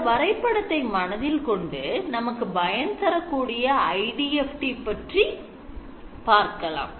இந்த வரைபடத்தை மனதில் கொண்டு நமக்கு பயன் தரக்கூடிய IDFT பற்றி பார்க்கலாம்